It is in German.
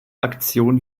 aktion